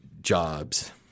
jobs